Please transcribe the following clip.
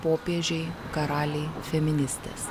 popiežiai karaliai feministės